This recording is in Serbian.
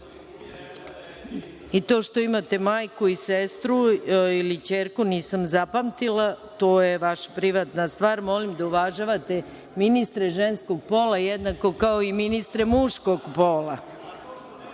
što imate majku i sestru ili ćerku, nisam zapamtila, to je vaša privatna stvar. Molim da uvažavate ministre ženskog pola jednako kao i ministre muškog pola. Ovo